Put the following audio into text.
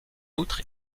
outre